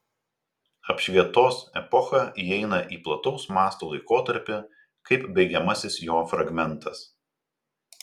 apšvietos epocha įeina į plataus masto laikotarpį kaip baigiamasis jo fragmentas